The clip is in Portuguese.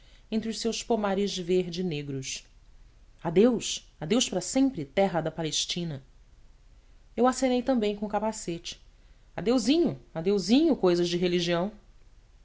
entre os seus pomares verde negros adeus adeus para sempre terra da palestina eu acenei também com o capacete adeusinho adeusinho cousas de religião